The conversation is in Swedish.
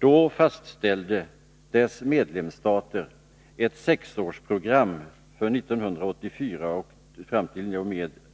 Då fastställde dess medlemsstater ett sexårsprogram, för åren